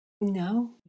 No